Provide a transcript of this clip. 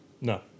No